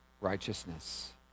righteousness